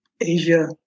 Asia